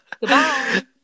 Goodbye